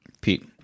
Pete